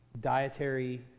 dietary